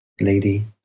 lady